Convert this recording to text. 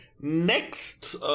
next